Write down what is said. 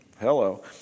Hello